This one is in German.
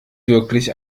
wirklich